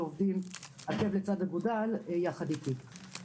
שעובדת עקב בצד אגודל ביחד איתי.